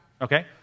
Okay